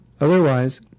Otherwise